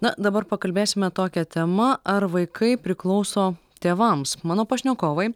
na dabar pakalbėsime tokia tema ar vaikai priklauso tėvams mano pašnekovai